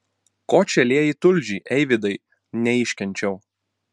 ko čia lieji tulžį eivydai neiškenčiau